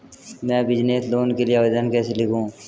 मैं business loan के लिए आवेदन कैसे लिखूँ?